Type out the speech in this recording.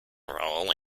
role